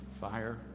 fire